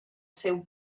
seu